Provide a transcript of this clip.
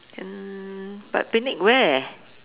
um but picnic where